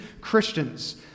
Christians